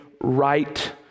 right